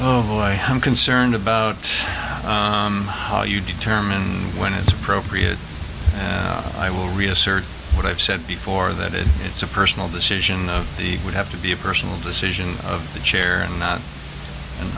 am concerned about how you determine when it's appropriate i will reassert what i've said before that it is a personal decision of the would have to be a personal decision of the chair and not a